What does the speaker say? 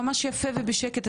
בבקשה.